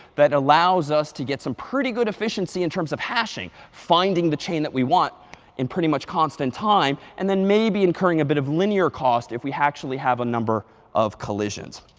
that allows us to get some pretty good efficiency in terms of hashing, finding the chain that we want in pretty much constant time, and then maybe incurring a bit of linear cost if we actually have a number of collisions.